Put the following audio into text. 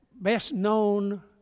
best-known